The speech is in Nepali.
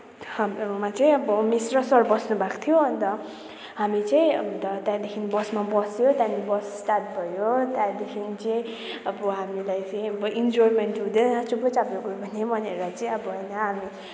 हाम्रोमा चाहिँ अब मिस र सर बस्नुभएको थियो अन्त हामी चाहिँ अन्त त्यहाँदेखि बसमा बस्यो त्यहाँदेखि बस स्टार्ट भयो त्यहाँदेखि चाहिँ अब हामीलाई चाहिँ अब इन्जोइमेन्ट हुँदैन चुपचापै गयो भने भनेर चाहिँ अब होइन हामी